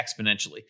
exponentially